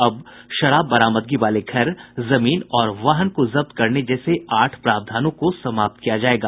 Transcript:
अब शराब बरामदगी वाले घर जमीन और वाहन को जब्त करने जैसे आठ प्रावधानों को समाप्त किया जायेगा